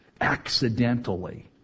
accidentally